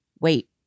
wait